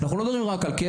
אנחנו לא מדברים רק כסף,